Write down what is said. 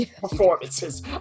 performances